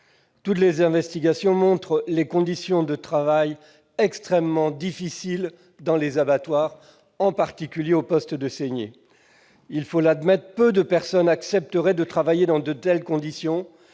Toutes les investigations montrent les conditions de travail extrêmement difficiles dans les abattoirs, en particulier aux postes de saignée. Il faut l'admettre, peu de personnes accepteraient de travailler dans de telles conditions,